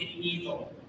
evil